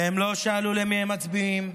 והם לא שאלו למי הם מצביעים,